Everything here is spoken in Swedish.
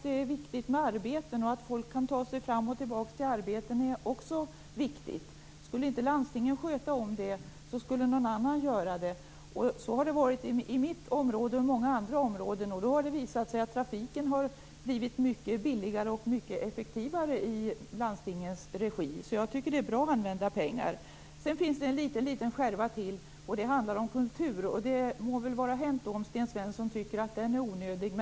Det är viktigt med arbeten, och att människor kan ta sig fram och tillbaka till sina arbeten är också viktigt. Skulle inte landstingen sköta om det skulle någon annan göra det. Så har det varit i mitt område och i många andra områden. Det har då visat sig att trafiken blivit mycket billigare och effektivare i landstingens regi. Jag tycker det är bra använda pengar. Sedan finns det en liten skärva till. Det handlar om kultur. Det må väl vara hänt om Sten Svensson tycker att den är onödig.